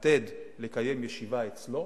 מתעתד לקיים ישיבה אצלו